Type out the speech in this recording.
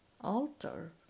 altar